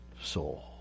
soul